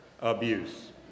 abuse